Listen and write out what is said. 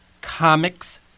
Comics